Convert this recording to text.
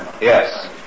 Yes